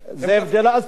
זה הבדל עצום.